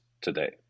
today